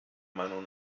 meinung